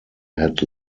had